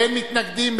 באין מתנגדים,